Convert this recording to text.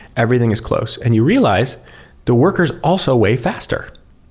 everything is close, and you realize the worker is also way faster,